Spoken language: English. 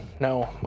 no